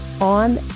on